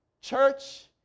church